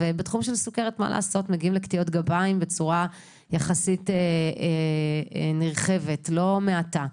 ובתחום של סוכרת מגיעים לקטיעות גפיים בצורה יחסית נרחבת ולא מעטה.